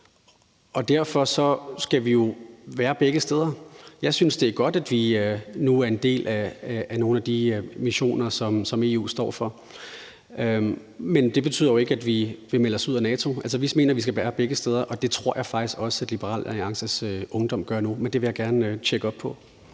derfor skal vi jo være begge steder. Jeg synes, det er godt, at vi nu er en del af nogle af de missioner, som EU står for, men det betyder jo ikke, at vi vil melde os ud af NATO. Altså, vi mener, at vi skal være begge steder, og det tror jeg faktisk også at Liberal Alliances Ungdom gør nu. Men det vil jeg gerne tjekke op på.